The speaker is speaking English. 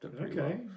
okay